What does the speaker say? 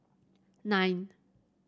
nine